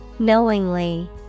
Knowingly